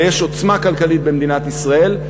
ויש עוצמה כלכלית במדינת ישראל,